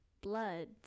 blood